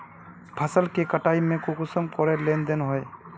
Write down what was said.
फसल के कटाई में कुंसम करे लेन देन होए?